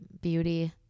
beauty